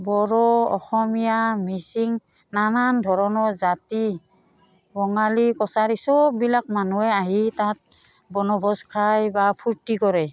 বড়ো অসমীয়া মিচিং নানান ধৰণৰ জাতি বঙালী কছাৰী চববিলাক মানুহে আহি তাত বনভোজ খায় বা ফূৰ্তি কৰে